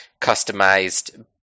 customized